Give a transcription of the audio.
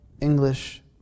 English